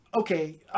Okay